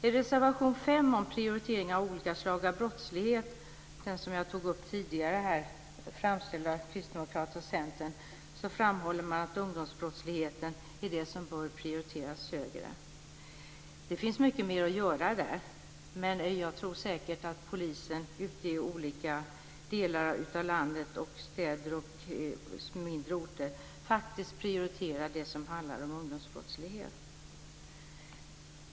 I reservation 5 om prioritering av olika slag av brottslighet - den som jag tog upp tidigare - som framställts av Kristdemokraterna och Centern framhåller man att ungdomsbrottsligheten är det som bör prioriteras. Det finns mycket mer att göra där, men jag tror säkert att polisen ute i olika delar av landet - i städer och på mindre orter - prioriterar det som handlar om ungdomsbrottslighet.